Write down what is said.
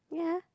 yeah